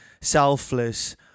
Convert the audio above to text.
selfless